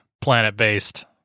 Planet-based